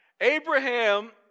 Abraham